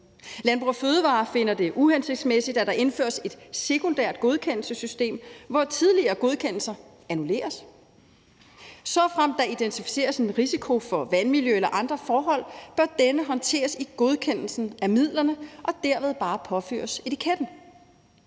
Landbrug & Fødevarer finder det uhensigtsmæssigt, at der indføres et sekundært godkendelsessystem, hvor tidligere godkendelser annulleres. Såfremt der identificeres en risiko for vandmiljø eller andre forhold, bør denne håndteres i godkendelsen af midlerne og derved bare påføres etiketten.